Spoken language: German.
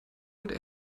und